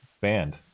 Banned